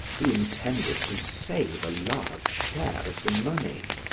who intended to save a large share of the money.